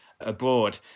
abroad